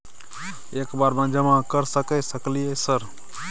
एक बार में जमा कर सके सकलियै सर?